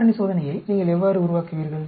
காரணி சோதனையை நீங்கள் எவ்வாறு உருவாக்குவீர்கள்